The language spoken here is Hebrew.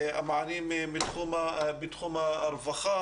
המענים בתחום הרווחה.